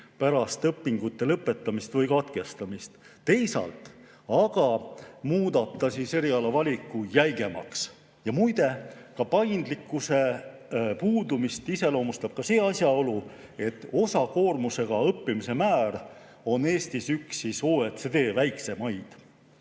pärast õpingute lõpetamist või katkestamist. Teisalt aga muudab see eriala valiku jäigemaks. Muide, paindlikkuse puudumist iseloomustab ka see asjaolu, et osakoormusega õppimise määr on Eestis üks OECD väiksemaid.